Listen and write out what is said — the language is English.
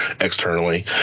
externally